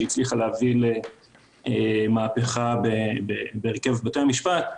שהיא הצליחה להביא למהפכה בהרכב בתי המשפט,